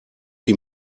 die